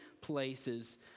places